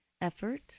effort